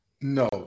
No